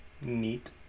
Neat